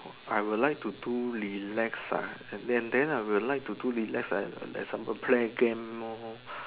I will like to do relax ah and then I will like to relax and some of play game loh